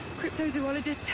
cryptozoologist